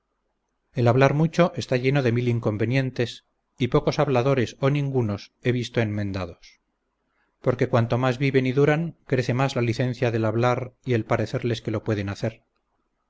el hablar mucho está lleno de mil inconvenientes y pocos habladores o ningunos he visto enmendados porque cuanto más viven y duran crece más la licencia del hablar y el parecerles que lo pueden hacer